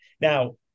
Now